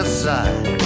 side